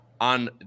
on